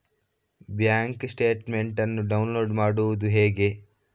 Bank statement ಅನ್ನು download ಮಾಡುವುದು ಹೇಗೆ?